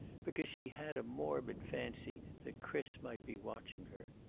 because she had a morbid fancy that chris might be watching her.